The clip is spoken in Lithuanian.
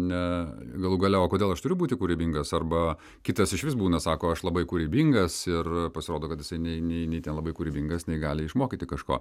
ne galų gale o kodėl aš turiu būti kūrybingas arba kitas išvis būna sako aš labai kūrybingas ir pasirodo kad jisai nei nei nei ten labai kūrybingas nei gali išmokyti kažko